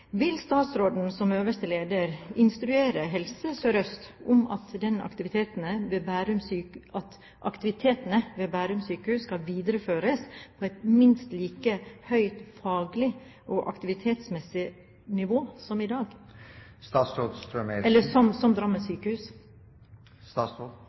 Vil statsråden som øverste leder instruere Helse Sør-Øst om at aktivitetene ved Bærum sykehus skal videreføres på et minst like høyt faglig og aktivitetsmessig nivå som ved Drammen sykehus? Når det gjelder at befolkningen i